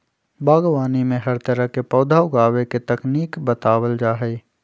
बागवानी में हर तरह के पौधा उगावे के तकनीक बतावल जा हई